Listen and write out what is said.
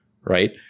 right